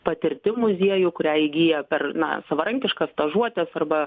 patirtim muziejų kurią įgyja per na savarankiškas stažuotes arba